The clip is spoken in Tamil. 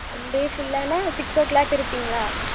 டே ஃபுல்லானால் சிக்ஸ் ஓ க்ளாக் இருப்பீங்களா